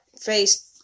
face